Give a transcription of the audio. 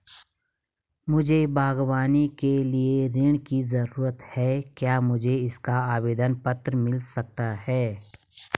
मुझे बागवानी के लिए ऋण की ज़रूरत है क्या मुझे इसका आवेदन पत्र मिल सकता है?